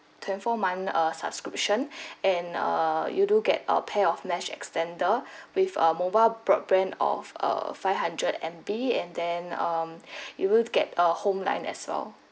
twenty four month uh subscriptions and err you do get a pair of mesh extender with a mobile broadband of err five hundred M_B and then um you will get a home line as well